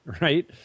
right